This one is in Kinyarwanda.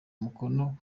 umukono